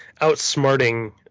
outsmarting